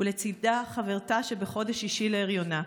ולצידה חברתה שבחודש השישי להריונה.